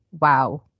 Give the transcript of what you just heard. wow